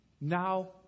now